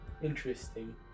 Interesting